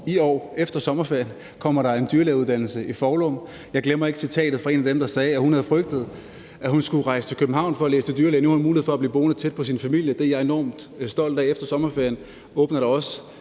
her efter sommerferien kommer der en dyrlægeuddannelse i Foulum. Jeg glemmer ikke citatet fra en af dem, der sagde, at hun havde frygtet, at hun skulle rejse til København for at læse til dyrlæge, og nu havde hun mulighed for at blive boende tæt på sin familie. Det er jeg enormt stolt af. Efter sommerferien åbner der også